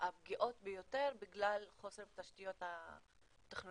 לזכור את הפגיעות ביותר בגלל חוסר תשתיות טכנולוגיות,